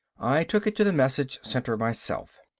i took it to the message center myself.